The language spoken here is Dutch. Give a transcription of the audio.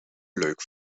leuk